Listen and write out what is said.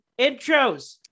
intros